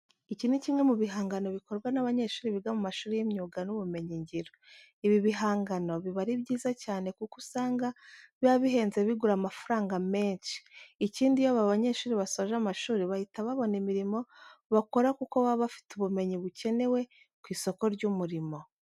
Iki ni kimwe mu bihangano bikorwa n'abanyeshuri biga mu mashuri y'imyuga n'ubumenyingiro. Ibi bigangano biba ari byiza cyane kuko usanga biba bihenze bigura amafaranga menshi. Ikindi iyo aba banyeshuri basoje amashuri bahita babona imirimo bakora kuko baba bafite ubumenyi bukenewe ku isoko ry'umurimo.